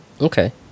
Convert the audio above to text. Okay